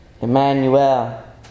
Emmanuel